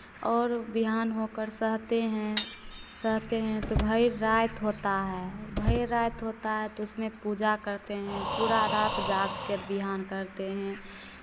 और बिहान होकर सहते हैं सहते हैं तो भर रात होता है भर रात होता है तो उसमें पूजा करते हैं पूरा रात जाग कर बिहान करते हैं